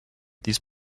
these